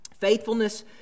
Faithfulness